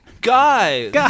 Guys